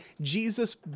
Jesus